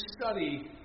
study